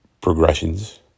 progressions